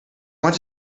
want